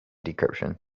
decryption